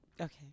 Okay